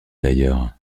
d’ailleurs